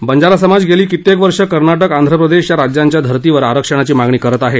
बंजारा समाज गेली कित्येक वर्षे कर्नाटक आंध्र प्रदेश या राज्यांच्या धर्तीवर आरक्षणाची मागणी करत आहे